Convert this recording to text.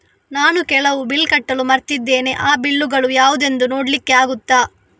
ನಾನು ಕೆಲವು ಬಿಲ್ ಕಟ್ಟಲು ಮರ್ತಿದ್ದೇನೆ, ಆ ಬಿಲ್ಲುಗಳು ಯಾವುದೆಂದು ನೋಡ್ಲಿಕ್ಕೆ ಆಗುತ್ತಾ?